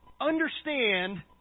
understand